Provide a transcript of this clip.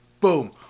boom